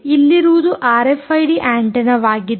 ಇಲ್ಲಿರುವುದು ಆರ್ಎಫ್ಐಡಿ ಆಂಟೆನ್ನವಾಗಿದೆ